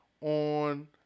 on